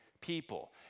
people